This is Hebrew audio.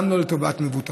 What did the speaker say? גם כן לא לטובת מבוטחיהן,